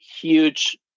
huge